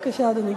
בבקשה, אדוני.